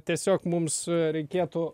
tiesiog mums reikėtų